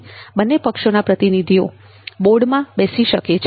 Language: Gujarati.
બંને પક્ષોના પ્રતિનિધિઓ બોર્ડમાં બેસી શકે છે